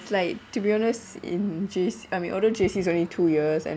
it's like to be honest in J_C I mean although J_C is only two years and